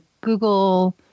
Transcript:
Google